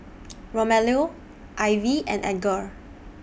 Romello Ivie and Edgar